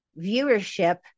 viewership